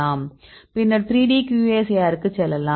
பின்னர் 3D QSAR க்கு செல்லலாம்